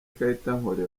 kayitankore